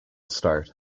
start